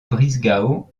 brisgau